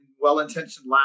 well-intentioned